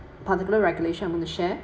particular regulation I'm going to share